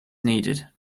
needed